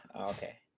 Okay